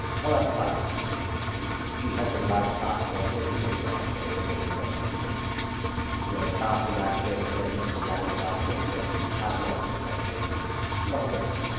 आओर अच्छा लागै छै कि घर परिवारके साथ रहिके भी लोक पढ़ाइ करि लै जनरल कॉम्पीटिशन लगातार तैआरी करि रहलै हँ तैआरीके बाद जे छै से ओकर परीक्षा दिए ले सिर्फ जाइ छै बहुत अच्छा